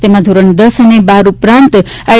તેમાં ધોરણ દસ અને બાર પાસ ઉપરાંત આઇ